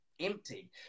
empty